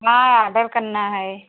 हाँ बड़कन्ना है